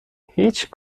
هیچ